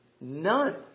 None